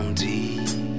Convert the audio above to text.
deep